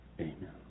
Amen